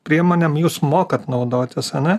priemonėm jūs mokat naudotis ane